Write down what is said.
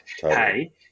hey